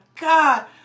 God